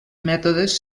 mètodes